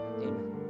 Amen